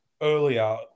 earlier